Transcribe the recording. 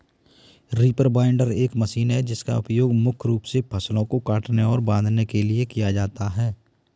reaper binder एक machine है जिसका उपयोग मुख्य रूप से फसलों को काटने और बांधने के लिए किया जाता है